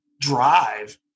drive